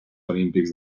olímpics